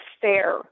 fair